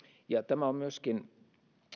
ja tämä on myöskin